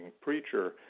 preacher